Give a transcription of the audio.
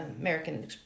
American